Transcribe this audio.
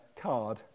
card